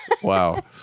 Wow